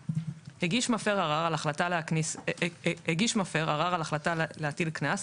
(ד)הגיש מפר ערר על החלטה להטיל קנס,